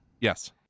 Yes